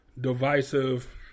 divisive